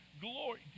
glory